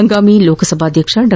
ಹಂಗಾಮಿ ಲೋಕಸಭಾಧ್ಯಕ್ಷ ಡಾ